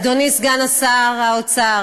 אדוני סגן שר האוצר,